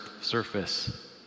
surface